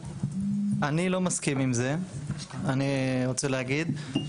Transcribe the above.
אני לא מסכים עם זה, אני רוצה להגיד.